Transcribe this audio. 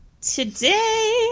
Today